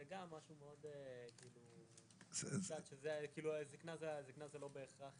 זה גם משהו מאוד כאילו, הזקנה זה לא בהכרח